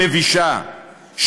המבישה,